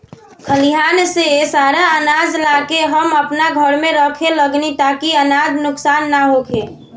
खलिहान से सारा आनाज ला के हम आपना घर में रखे लगनी ताकि अनाज नुक्सान ना होखे